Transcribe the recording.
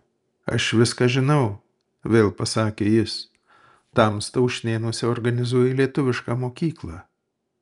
aš viską žinau vėl pasakė jis tamsta ušnėnuose organizuoji lietuvišką mokyklą